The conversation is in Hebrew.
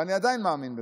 ואני עדיין מאמין בזה.